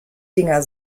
dinger